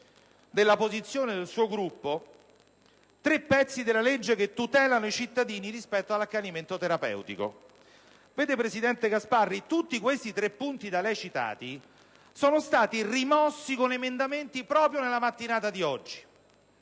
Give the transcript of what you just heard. della posizione del suo Gruppo, tre passaggi della legge che tutelano i cittadini rispetto all'accanimento terapeutico. Vede, presidente Gasparri, tutti i tre punti da lei citati sono stati rimossi con emendamenti proprio nella mattinata di oggi: